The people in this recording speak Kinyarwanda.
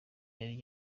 yari